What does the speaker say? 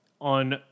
on